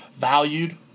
valued